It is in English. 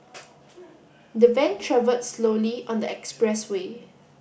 the van travelled slowly on the expressway